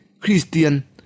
Christian